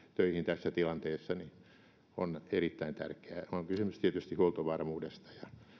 töihin tässä tilanteessa on erittäin tärkeää on kysymys tietysti huoltovarmuudesta